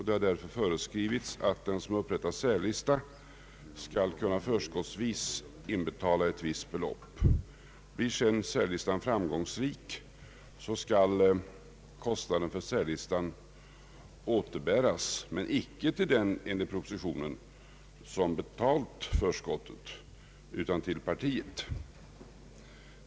Det har därför föreskrivits att den som upprättat särlista skall kunna förskottsvis inbetala ett visst belopp. Blir sedan särlistan framgångsrik, skall kostnaden för särlistan återbäras, men enligt propositionen icke till den som betalt förskottet, utan till partiet.